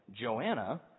Joanna